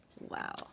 Wow